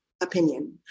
opinion